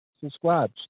Subscribe